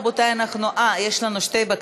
יש לנו שתי בקשות.